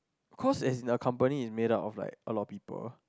cause as in the company is made up of like a lot of people